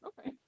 Okay